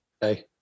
Hey